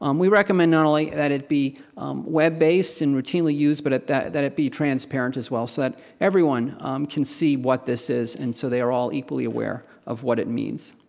um we recommend not only that it be web-based and routinely used but that that it be transparent as well so that everyone can see what this is and so they are all equally aware of what it means.